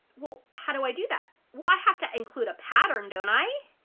well how do i do that? well i have to include a pattern don't i?